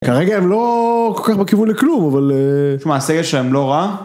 כרגע הם לא כל כך בכיוון לכלום, אבל... תשמע, הסגר שלהם לא רע.